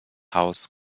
house